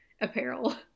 apparel